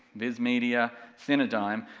viz media, cinedigm,